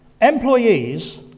Employees